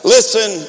Listen